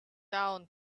down